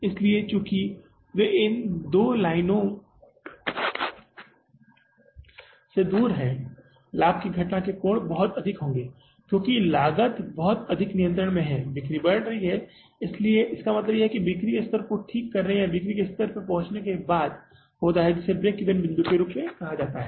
इसलिए चूंकि वे इन दो लाइनों से दूर हैं लाभ की घटना के कोण बहुत अधिक होंगे क्योंकि लागत बहुत अधिक नियंत्रण में है बिक्री बढ़ रही है इसलिए इसका मतलब बिक्री स्तर को ठीक करने या बिक्री स्तर तक पहुंचने के बाद होता है जिसे ब्रेक ईवन के बिंदु के रूप में कहा जाता है